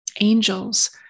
angels